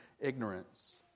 ignorance